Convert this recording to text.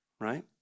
Right